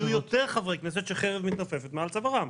יהיו יותר חברי כנסת שחרב מתנפנפת מעל צווארם.